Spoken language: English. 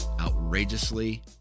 outrageously